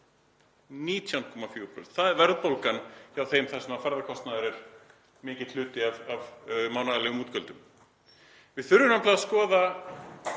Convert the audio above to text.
19,4%. Það er verðbólgan hjá þeim þar sem ferðakostnaður er mikill hluti af mánaðarlegum útgjöldum. Við þurfum nefnilega að skoða